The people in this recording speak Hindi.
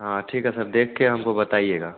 हाँ ठीक है सर देख के हमको बताइएगा